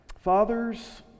Fathers